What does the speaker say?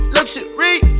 Luxury